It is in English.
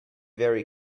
very